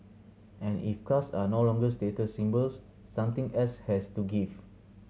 and if cars are no longer status symbols something else has to give